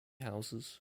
houses